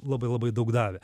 labai labai daug davė